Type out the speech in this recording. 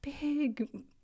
big